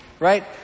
Right